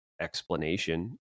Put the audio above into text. explanation